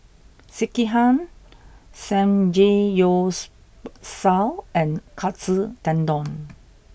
Sekihan Samgeyopsal and Katsu Tendon